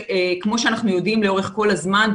כמו שאנחנו יודעים לאורך כל הזמן,